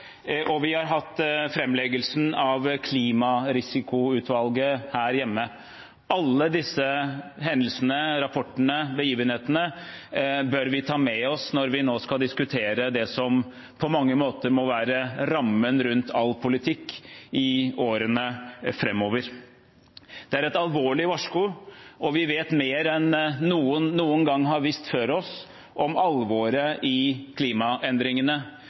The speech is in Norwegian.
og vi har hatt framleggelsen av Klimarisikoutvalgets rapport her hjemme. Alle disse hendelsene, rapportene og begivenhetene bør vi ta med oss når vi nå skal diskutere det som på mange måter må være rammen rundt all politikk i årene framover. Det er et alvorlig varsku, og vi vet mer enn noen noen gang har visst før oss om alvoret i klimaendringene.